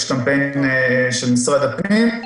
יש קמפיין של משרד הפנים,